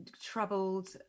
troubled